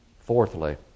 Fourthly